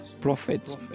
prophets